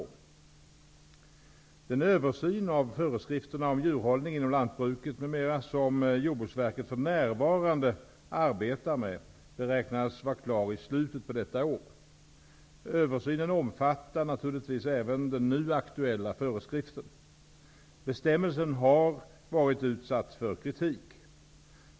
Den översyn av föreskrifterna om djurhållning inom lantbruket m.m. som Jordbruksverket för närvarande arbetar med beräknas vara klar i slutet på detta år. Översynen omfattar naturligtvis även den nu aktuella föreskriften. Bestämmelsen har varit utsatt för kritik.